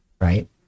right